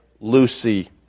Lucy